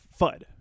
FUD